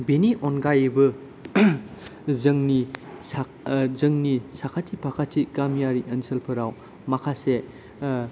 बेनि अनगायैबो जोंनि जोंनि साखाथि फाखाति गामियारि ओनसोलफोराव माखासे